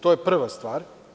To je prva stvar.